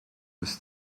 was